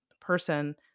person